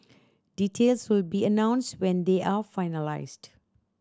details will be announced when they are finalised